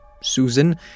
Susan